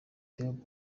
theobald